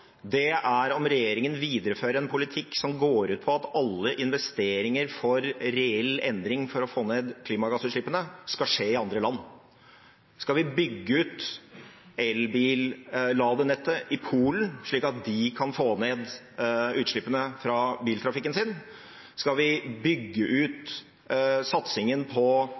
er om regjeringen viderefører en politikk som går ut på at alle investeringer for reell endring for å få ned klimagassutslippene skal skje i andre land. Skal vi bygge ut elbilladenettet i Polen, slik at de kan få ned utslippene fra biltrafikken sin? Skal vi bygge ut satsingen på